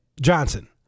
Johnson